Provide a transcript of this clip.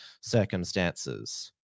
circumstances